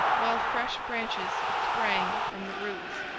while fresh branches sprang from the roots.